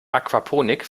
aquaponik